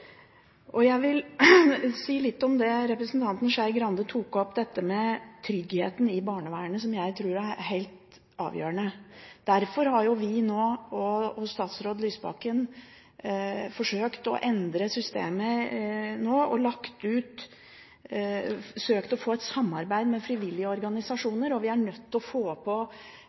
gjør. Jeg vil si litt om det representanten Skei Grande tok opp – dette med tryggheten i barnevernet, som jeg tror er helt avgjørende. Derfor har vi og statsråd Lysbakken nå forsøkt å endre systemet og søkt å få et samarbeid med frivillige organisasjoner. Vi er nødt til å få